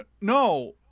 no